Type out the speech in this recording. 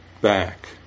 back